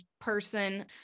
person